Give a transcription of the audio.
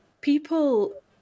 people